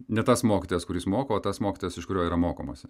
ne tas mokytojas kuris moko o tas mokytojas iš kurio yra mokomasi